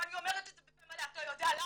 ואני אומרת את זה בפה מלא, אתה יודע למה?